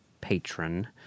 patron